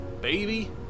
baby